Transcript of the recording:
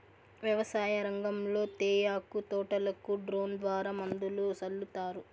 వ్యవసాయ రంగంలో తేయాకు తోటలకు డ్రోన్ ద్వారా మందులు సల్లుతారు